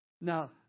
Now